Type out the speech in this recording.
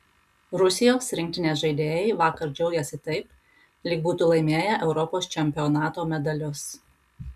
rusijos rinktinės žaidėjai vakar džiaugėsi taip lyg būtų laimėję europos čempionato medalius